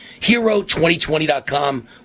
Hero2020.com